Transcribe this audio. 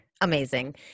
Amazing